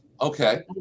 Okay